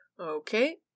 Okay